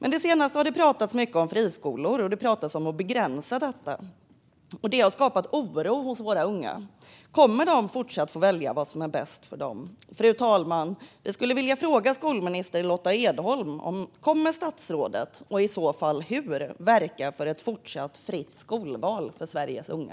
På senare tid har det pratats mycket om friskolor och om att begränsa dessa, och det har skapat oro hos våra unga. Kommer de fortsatt att få välja vad som är bäst för dem? Fru talman! Jag skulle vilja fråga skolminister Lotta Edholm om och i så fall hur hon kommer att verka för ett fortsatt fritt skolval för Sveriges unga.